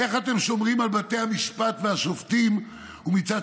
איך אתם שומרים על בתי המשפט והשופטים ומצד